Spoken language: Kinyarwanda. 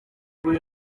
kuki